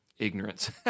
ignorance